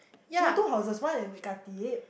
she got two houses one in the Khatib